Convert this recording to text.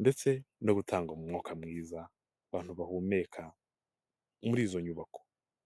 ndetse no gutanga umwuka mwiza, bantu bahumeka muri izo nyubako.